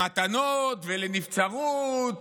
למתנות, לנבצרות,